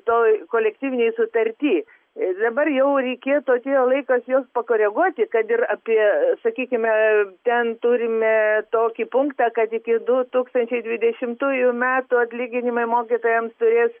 toj kolektyvinėj sutarty ir dabar jau reikėtų atėjo laikas juos pakoreguoti kad ir apie sakykime ten turime tokį punktą kad iki du tūkstančiai dvidešimtųjų metų atlyginimai mokytojams turės